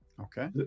Okay